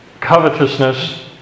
covetousness